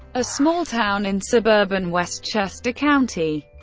a small town in suburban westchester county.